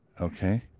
Okay